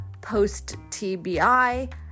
post-TBI